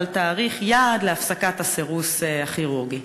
אבל על תאריך יעד להפסקת הסירוס הכירורגי.